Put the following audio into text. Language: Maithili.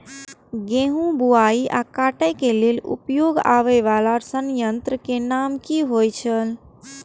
गेहूं बुआई आ काटय केय लेल उपयोग में आबेय वाला संयंत्र के नाम की होय छल?